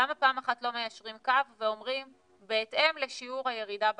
למה פעם אחת לא מיישרים קו ואומרים בהתאם לשיעור הירידה במחזור.